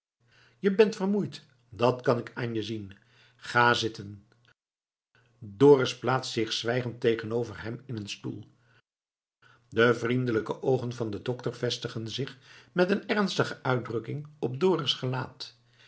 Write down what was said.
je bent vermoeid dat kan ik aan je zien ga zitten dorus plaatst zich zwijgend tegenover hem in een stoel de vriendelijke oogen van den dokter vestigen zich met een ernstige uitdrukking op dorus gelaat